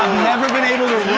never been able to